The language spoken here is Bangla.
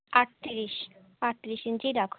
আটত্রিশ আটত্রিশ ইঞ্চিই রাখুন